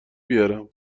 بیارم